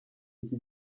iki